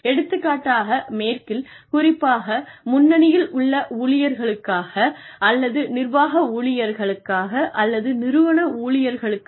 எடுத்துக்காட்டாக மேற்கில் குறிப்பாக முன்னணியில் உள்ள ஊழியர்களுக்காக அல்லது நிர்வாக ஊழியர்களுக்காக அல்லது நிறுவன ஊழியர்களுக்காக